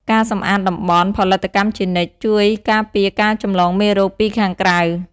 ការសម្អាតតំបន់ ផលិតកម្មជានិច្ច ជួយការពារការចម្លងមេរោគពីខាងក្រៅ។